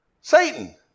Satan